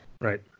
Right